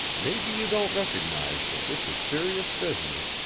maybe you don't recognize that this is serious business,